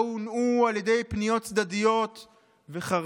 לא הונעו על ידי פניות צדדיות וחרצו